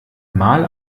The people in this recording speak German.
mal